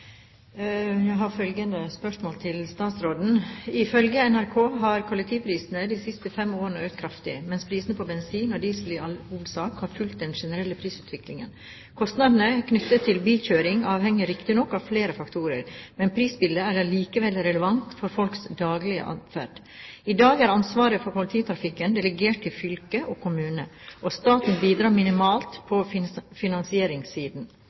diesel i all hovedsak har fulgt den generelle prisutviklingen. Kostnadene knyttet til bilkjøring avhenger riktignok av flere faktorer, men prisbildet er allikevel relevant for folks daglige adferd. I dag er ansvaret for lokaltrafikken delegert til fylke og kommune, og staten bidrar minimalt på finansieringssiden.